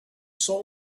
soul